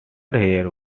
hair